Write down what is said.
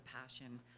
passion